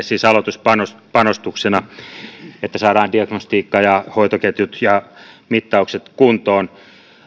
siis aloituspanostuksena jotta saadaan diagnostiikka hoitoketjut ja mittaukset kuntoon